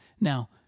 Now